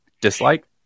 dislike